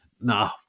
no